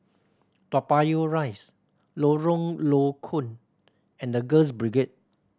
Toa Payoh Rise Lorong Low Koon and The Girls Brigade